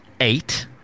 eight